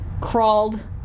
crawled